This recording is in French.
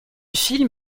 film